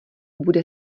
bude